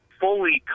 fully